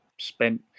spent